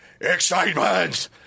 excitement